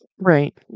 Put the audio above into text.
Right